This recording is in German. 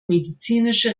medizinische